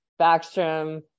Backstrom